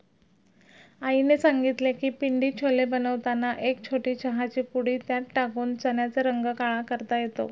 आईने सांगितले की पिंडी छोले बनवताना एक छोटी चहाची पुडी त्यात टाकून चण्याचा रंग काळा करता येतो